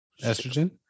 Estrogen